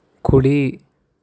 కుడి